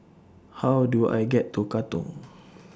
How Do I get to Katong